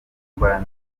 gukora